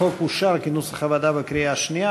החוק אושר כנוסח הוועדה בקריאה השנייה.